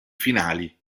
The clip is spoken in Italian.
finali